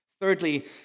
Thirdly